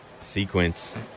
sequence